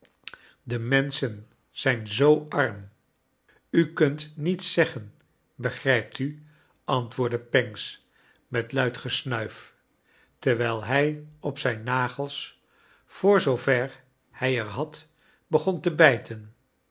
de menschen zijn zoo arm u kunt niet zeggen begrijpt u antwoordde pancks met luid gesnuif terwijl hij op zijn nagels voor zoover hij er had begon te bijten